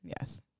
Yes